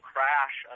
crash